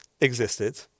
existed